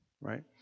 right